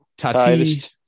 Tatis